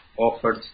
offered